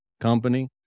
company